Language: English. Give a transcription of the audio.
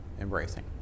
embracing